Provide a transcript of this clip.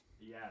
Yes